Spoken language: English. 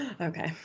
Okay